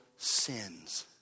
sins